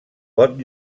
pot